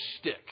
stick